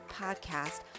podcast